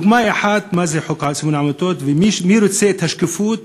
דוגמה אחת של מה שנקרא חוק סימון העמותות ומי רוצה את השקיפות,